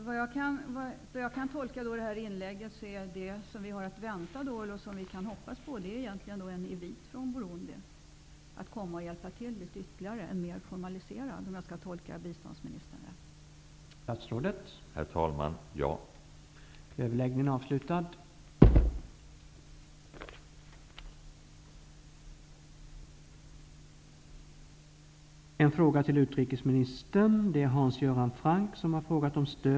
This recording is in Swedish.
Herr talman! Jag tolkar biståndsministerns inlägg så, att det som vi har att vänta och hoppas på är en invit från Burundi att komma och hjälpa till, en mer formaliserad invit. Har jag tolkat biståndsministern rätt?